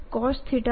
તો આ Mcosθ